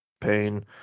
pain